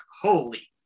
holy